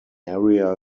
area